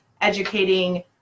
educating